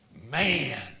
man